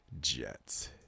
Jets